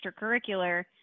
extracurricular